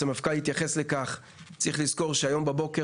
הסמפכ״ל התייחס לכך וצריך לזכור שהיום בבוקר